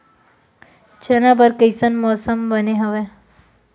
चना बर कइसन मौसम बने हवय?